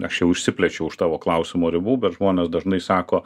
aš jau išsiplėčiau už tavo klausimo ribų bet žmonės dažnai sako